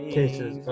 cases